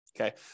Okay